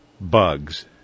bugs